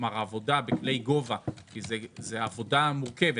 כלומר העבודה בכלי גובה היא עבודה מורכבת